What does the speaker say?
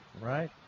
right